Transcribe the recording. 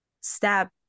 step